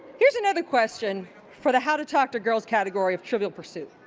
here's another question for the how to talk to girls category of trivial pursuit.